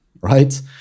right